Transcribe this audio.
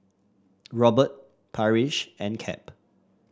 Robert Parrish and Cap